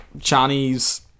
Chinese